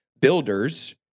builders